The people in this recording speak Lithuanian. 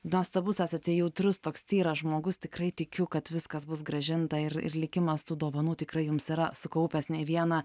nuostabus esate jautrus toks tyras žmogus tikrai tikiu kad viskas bus grąžinta ir ir likimas tų dovanų tikrai jums yra sukaupęs ne vieną